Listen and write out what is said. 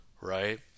right